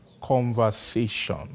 conversation